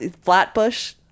Flatbush